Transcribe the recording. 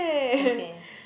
okay